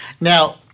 Now